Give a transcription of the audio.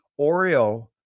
Oreo